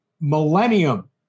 millennium